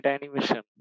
animation